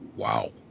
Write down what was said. Wow